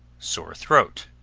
sore throat.